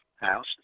house